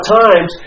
times